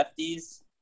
lefties